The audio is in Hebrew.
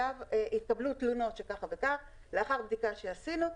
התקבלו תלונות שככה וככה לאחר בדיקה שעשינו,